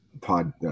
pod